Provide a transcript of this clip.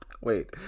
wait